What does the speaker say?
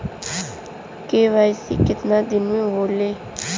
KYC कितना दिन में होले?